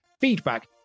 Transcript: feedback